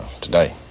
today